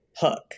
hook